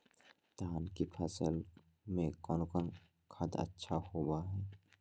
धान की फ़सल में कौन कौन खाद अच्छा होबो हाय?